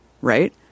right